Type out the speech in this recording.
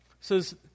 says